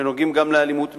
שנוגעים גם לאלימות מילולית,